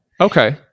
Okay